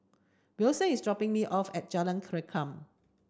Wilson is dropping me off at Jalan Rengkam